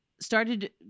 started